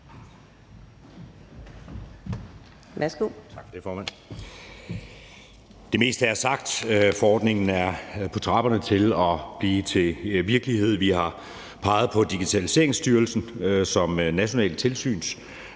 Det meste er sagt, og forordningen er på trapperne til at blive til virkelighed, og vi har peget på Digitaliseringsstyrelsen som national